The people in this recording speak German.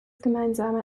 gemeinsame